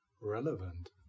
relevant